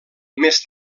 més